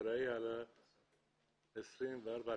אחראי על 24 טנקים.